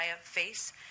face